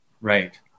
Right